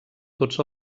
tots